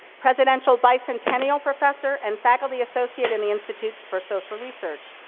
presidential bicentennial professor, and faculty associate in the institute for social research.